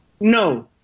no